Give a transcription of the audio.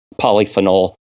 polyphenol